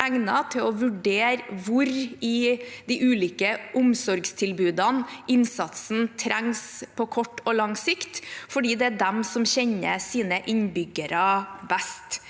er best egnet til å vurdere hvor i de ulike omsorgstilbudene innsatsen trengs på kort og lang sikt, for det er de som kjenner sine innbyggere best.